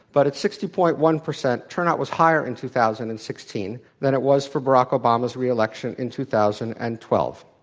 but at sixty. one percent, turnout was higher in two thousand and sixteen than it was for barack obama's re-election in two thousand and twelve.